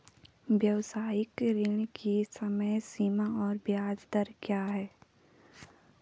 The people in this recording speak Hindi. व्यावसायिक ऋण की समय सीमा और ब्याज दर क्या है?